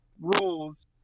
rules